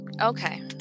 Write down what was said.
Okay